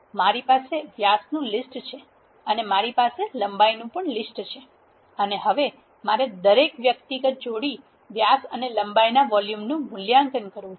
મારી પાસે વ્યાસ નું લીસ્ટ છે અને મારી પાસે લંબાઇનું લીસ્ટ છે અને હવે મારે દરેક વ્યક્તિગત જોડી વ્યાસ અને લંબાઇ ના વોલ્યુમનું મૂલ્યાંકન કરવા માંગુ છું